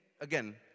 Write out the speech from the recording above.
again